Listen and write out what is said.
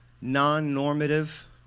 non-normative